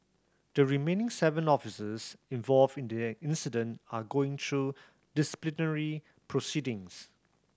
the remaining seven officers involved in the incident are going through disciplinary proceedings